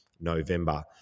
november